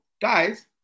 guys